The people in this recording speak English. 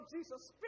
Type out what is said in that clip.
Jesus